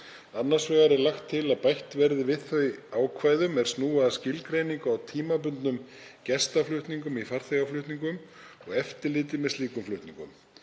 Annars vegar er lagt til að bætt verði við þau ákvæðum er snúa að skilgreiningu á tímabundnum gestaflutningum í farþegaflutningum og eftirliti með slíkum flutningum.